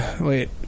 Wait